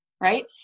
Right